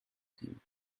him